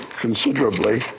considerably